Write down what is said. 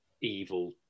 evil